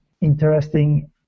interesting